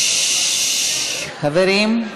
חברים,